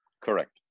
Correct